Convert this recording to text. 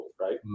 right